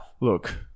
Look